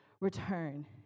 return